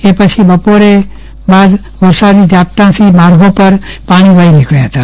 એ પછી બપોર બાદ વરસાદી ઝાપટાંથી માર્ગો પર પાણી વહી નીકબ્યા હતા